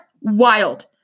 wild